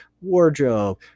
wardrobe